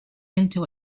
into